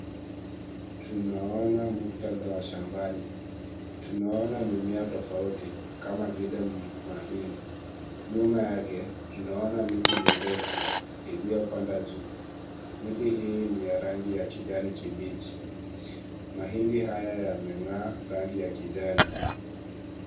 Tunaona muktadha wa shambani . Tunaona mimea tofauti kama vile mahindi . Nyuma yake tunaona miti mirefu iliyopanda juu . Miti hii ni ya rangi ya kijani kibichi . Mahindi haya yameng'aa rangi ya kijani.